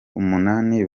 umunani